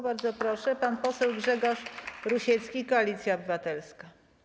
Bardzo proszę, pan poseł Grzegorz Rusiecki, Koalicja Obywatelska.